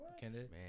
candidate